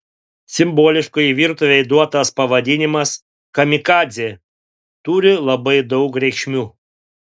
simboliškai virtuvei duotas pavadinimas kamikadzė turi labai daug reikšmių